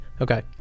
Okay